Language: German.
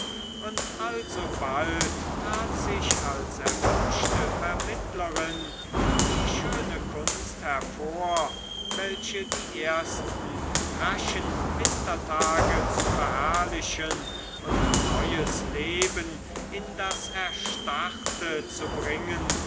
und alsobald tat sich als erwünschte vermittlerin die schöne kunst hervor welche die ersten raschen wintertage zu verherrlichen und neues leben in das erstarrte zu bringen